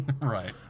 Right